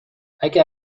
اگه